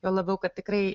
juo labiau kad tikrai